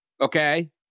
okay